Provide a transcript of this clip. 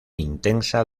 intensa